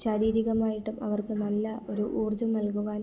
ശാരീരികമായിട്ടും അവർക്ക് നല്ല ഒരു ഊർജ്ജം നൽകുവാൻ